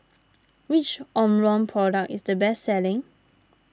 which Omron product is the best selling